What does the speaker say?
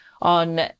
on